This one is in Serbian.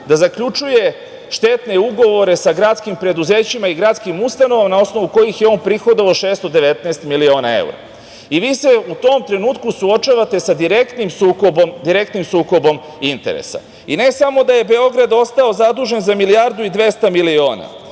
da zaključuje štetne ugovore sa gradskim preduzećima i gradskim ustanovama, na osnovu kojih je on prihodovao 619 miliona evra. Vi se u tom trenutku suočavate sa direktnim sukobom interesa. Ne samo da je Beograd ostao zadužen za 1,2 milijarde, nego za